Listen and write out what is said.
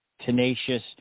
tenacious